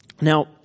Now